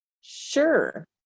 Sure